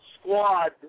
squad